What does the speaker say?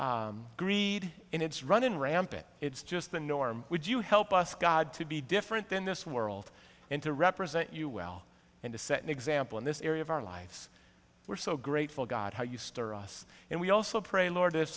greed in it's running rampant it's just the norm would you help us god to be different in this world and to represent you well and to set an example in this area of our lives we're so grateful god how you stir us and we also pray lord if